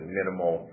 minimal